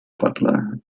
butler